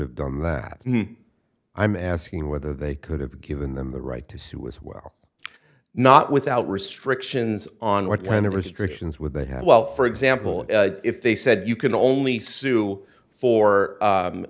have done that i'm asking whether they could have given them the right to sue as well not without restrictions on what kind of restrictions would they have well for example if they said you can only sue for